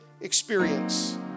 experience